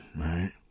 right